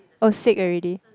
oh sick already